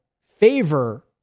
favor